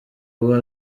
aba